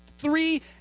three